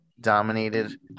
dominated